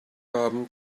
haben